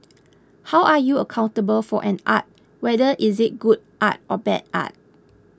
how are you accountable for an art whether is it good art or bad art